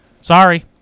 sorry